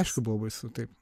aišku buvo baisu taip